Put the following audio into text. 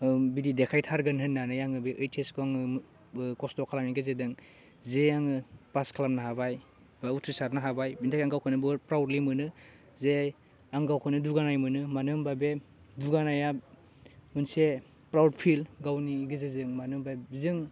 ओह बिदि देखायथारगोन होननानै आङो बे ओइचएसखौ आङो बो खस्त' खालायनायनि गेजेरजों जे आङो पास खालामनो हाबाय बा उथ्रिसारनो हाबाय बिनि थाखाय गावखौनो बहुत प्राउडलि मोनो जे आं गावखौनो दुगानाय मोनो मानो होनबा बे दुगानाया मोनसे प्राउड फिल गावनि गेजेरजों मानो होनबा जों